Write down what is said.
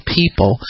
people